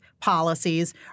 policies